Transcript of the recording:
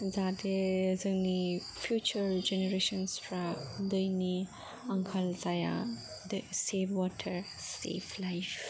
जाहाथे जोंनि future generations फ्रा दैनि आंखाल जाया सेब वाटार सेब लाइफ